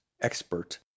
expert